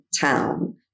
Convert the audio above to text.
town